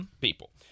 people